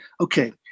okay